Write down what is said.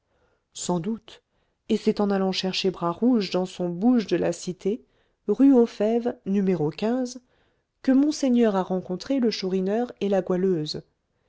sans doute et c'est en allant chercher bras rouge dans son bouge de la cité rue aux fèves n que monseigneur a rencontré le chourineur et la goualeuse